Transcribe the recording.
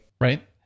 Right